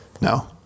No